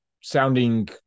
sounding